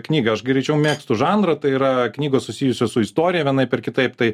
knygą aš greičiau mėgstu žanrą tai yra knygos susijusios su istorija vienaip ar kitaip tai